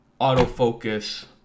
autofocus